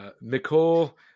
Nicole